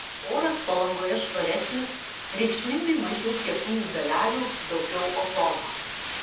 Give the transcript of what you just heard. oras palangoje švaresnis reikšmingai mažiau kietųjų dalelių daugiau ozono